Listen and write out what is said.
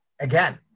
again